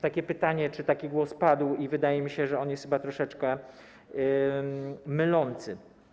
Takie pytanie czy taki głos padł i wydaje mi się, że on jest chyba troszeczkę mylący.